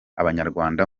abanyarwanda